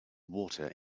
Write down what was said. water